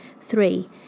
Three